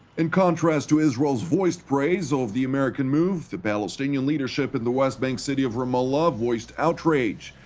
in contrast to israel's voiced praise of the american move, the palestinian leadership in the west bank city of ramallah, voiced outrage.